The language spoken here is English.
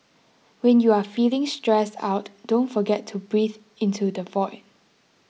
when you are feeling stressed out don't forget to breathe into the void